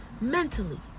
Mentally